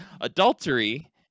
adultery